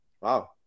Wow